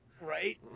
Right